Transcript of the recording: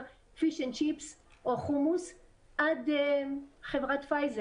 כי אין לי הרבה מה לעשות.